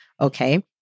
Okay